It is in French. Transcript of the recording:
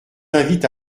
invite